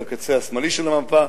בקצה השמאלי של המפה,